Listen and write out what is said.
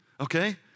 okay